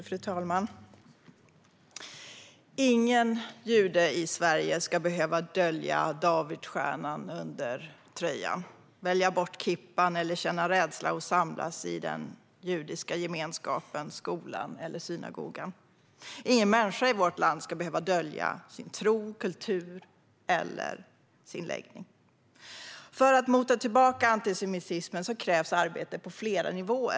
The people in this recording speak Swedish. Fru talman! Ingen jude i Sverige ska behöva dölja davidsstjärnan under tröjan, välja bort kippan eller känna rädsla för att samlas i den judiska gemenskapen, skolan eller synagogan. Ingen människa i vårt land ska behöva dölja sin tro, kultur eller läggning. För att mota tillbaka antisemitismen krävs det arbete på flera nivåer.